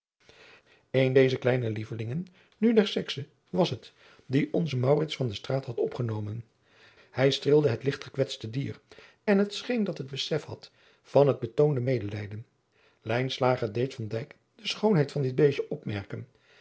een dezer kleine lievelingen nu der sekse was het die onze maurits van de straat had opgenomen hij streelde her ligt gekwetste dier en het scheen dat het besef had van het betoonde medelijden lijnslager deed van dijk de schoonheid van dit beestje opmerken